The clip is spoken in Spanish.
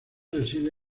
reside